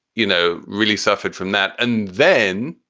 you know, really suffered from that. and then.